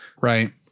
Right